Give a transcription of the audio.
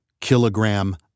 kilogram